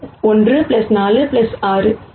எனவே 1 1 4 6